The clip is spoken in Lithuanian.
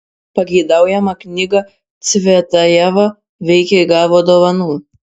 pageidaujamą knygą cvetajeva veikiai gavo dovanų